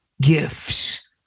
gifts